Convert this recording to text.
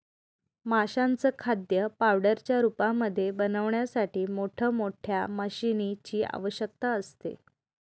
माशांचं खाद्य पावडरच्या रूपामध्ये बनवण्यासाठी मोठ मोठ्या मशीनीं ची आवश्यकता असते